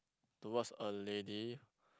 towards a lady